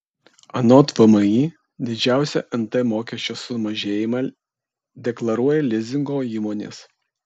anot vmi didžiausią nt mokesčio sumažėjimą deklaruoja lizingo įmonės